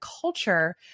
culture